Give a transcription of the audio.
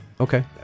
okay